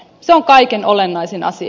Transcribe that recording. se on kaikkein olennaisin asia